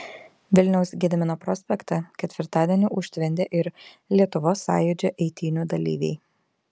vilniaus gedimino prospektą ketvirtadienį užtvindė ir lietuvos sąjūdžio eitynių dalyviai